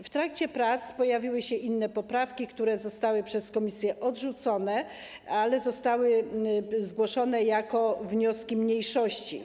W trakcie prac pojawiły się inne poprawki, które zostały przez komisję odrzucone, ale zostały zgłoszone jako wnioski mniejszości.